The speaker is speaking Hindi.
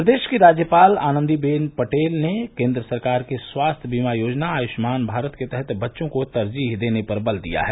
प्रदेश की राज्यपाल आनंदीबेन पटेल ने केन्द्र सरकार की स्वास्थ्य बीमा योजना आयुष्मान भारत के तहत बच्चों को तरजीह देने पर बल दिया है